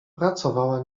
pracowała